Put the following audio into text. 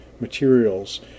materials